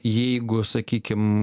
jeigu sakykim